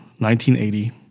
1980